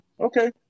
okay